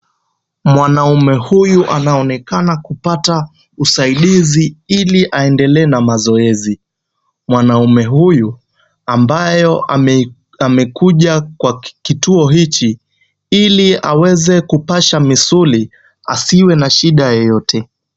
Mwanaume huyu anaonekana kupata usaidizi ili aendelee na mazoezi. Mwanaume huyu ambayo amekuja kwa kituo hichi, ili aweze kupasha misuli asiwe na shida yoyote.